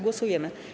Głosujemy.